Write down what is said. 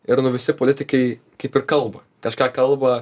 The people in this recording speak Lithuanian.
ir nu visi politikai kaip ir kalba kažką kalba